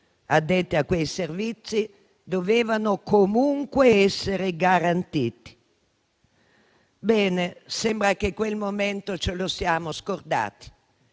addette a quei servizi, dovevano comunque essere garantiti. Bene, sembra che quel momento ce lo siamo scordato.